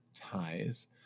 ties